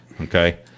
Okay